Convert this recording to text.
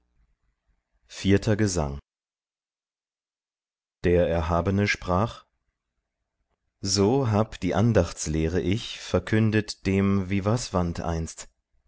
vierter gesang der erhabene sprach so hab die andachts lehre ich verkündet dem vivasvant einst